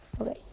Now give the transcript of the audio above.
Okay